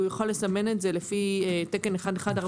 הוא יכול לסמן את זה לפי תקן 1145 כמשהו שיוצר בישראל.